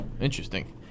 Interesting